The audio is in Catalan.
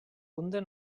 abunden